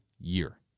year